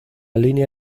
línea